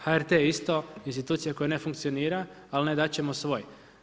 HRT isto, institucija koja ne funkcionira ali ne, dat ćemo svoj.